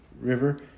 river